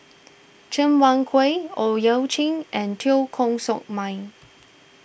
Cheng Wai Keung Owyang Chi and Teo Koh Sock Miang